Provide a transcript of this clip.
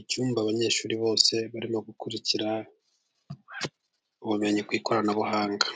icyumba abanyeshuri bose barimo gukurikira ubumenyi bw'ikoranabuhanga.